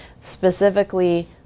specifically